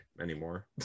anymore